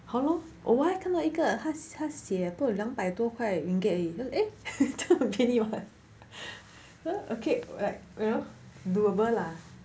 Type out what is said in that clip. !hannor! 我还看到一个他写不懂两百多块 ringgit 而已 eh 这样很便宜 [what] well okay right well doable lah